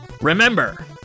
Remember